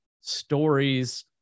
stories